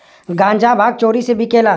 गांजा भांग चोरी से बिकेला